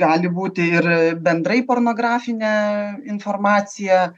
gali būti ir bendrai pornografinė informacija